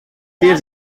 tirs